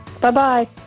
Bye-bye